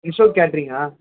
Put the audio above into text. Kishore கேட்ரிங்கா